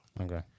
okay